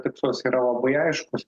tikslas yra labai aiškus